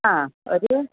ആ ഒരു